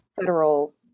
federal